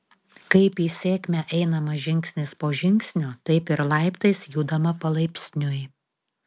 kaip į sėkmę einama žingsnis po žingsnio taip ir laiptais judama palaipsniui